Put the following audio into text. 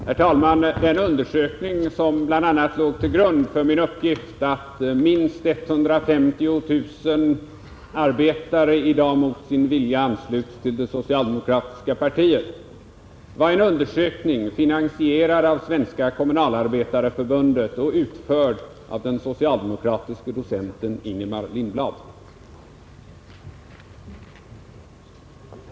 Herr talman! Den undersökning som bl.a. låg till grund för min uppgift att minst 150 000 arbetare i dag mot sin vilja ansluts till det socialdemokratiska partiet var finansierad av Svenska kommunalarbetareförbundet och utförd av den socialdemokratiske docenten Ingemar Lindblad.